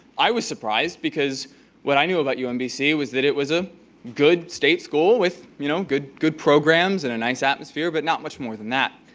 i was surprised because what i knew about umbc was that it was a good state school, with, you know, good good programs and a nice atmosphere. but not much more than that.